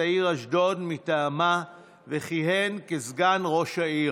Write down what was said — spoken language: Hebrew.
העיר אשדוד מטעמה וכיהן כסגן ראש העיר.